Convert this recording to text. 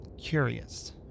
curious